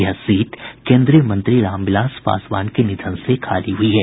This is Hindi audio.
यह सीट कोन्द्रीय मंत्री रामविलास पासवान के निधन से खाली हुई है